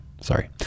sorry